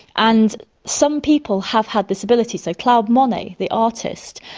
and some people have had this ability. so claude monet, the artist,